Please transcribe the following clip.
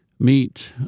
meet